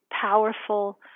powerful